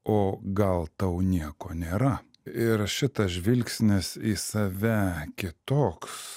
o gal tau nieko nėra ir šitas žvilgsnis į save kitoks